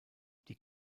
die